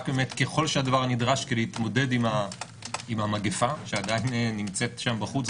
ככל שהדבר נדרש כדי להתמודד עם המגפה שעדיין נמצאת שם בחוץ,